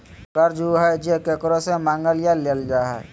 कर्ज उ हइ जे केकरो से मांगल या लेल जा हइ